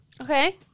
Okay